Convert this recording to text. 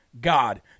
God